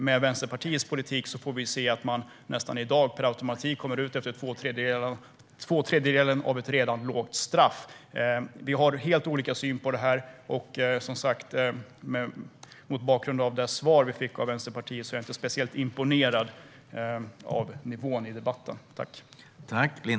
Med Vänsterpartiets politik kommer alla per automatik ut efter två tredjedelar av ett redan lågt straff. Vi har helt olika syn på det här, och mot bakgrund av det svar som jag fick av Vänsterpartiet är jag inte speciellt imponerad av nivån i debatten.